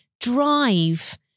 drive